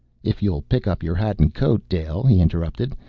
if you'll pick up your hat and coat, dale, he interrupted,